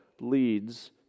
leads